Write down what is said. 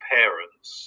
parents